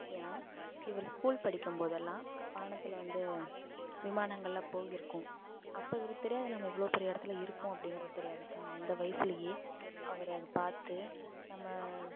ஏனால் இவர் ஸ்கூல் படிக்கும்போதெல்லாம் வானத்தில் வந்து விமானங்கள்லாம் போயிருக்கும் அப்போ இவருக்கு தெரியாது நம்ம இவ்வளோ பெரிய இடத்துல இருப்போம் அப்படிங்கிறது தெரியாது ஆனால் அந்த வயசுலியே அவர் அதை பார்த்து நம்ம